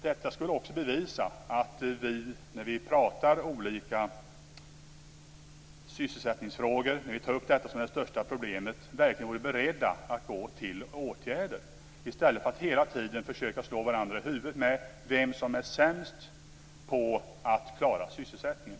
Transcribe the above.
Det skulle också bevisa att vi, när vi talar om olika sysselsättningsfrågor och tar upp detta som det största problemet, verkligen är beredda att vidta åtgärder i stället för att hela tiden försöka slå varandra i huvudet med vem som är sämst på att klara sysselsättningen.